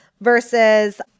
versus